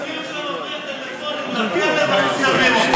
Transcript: אפילו כשאתה מבריח טלפונים לכלא מצלמים אותך.